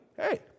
Hey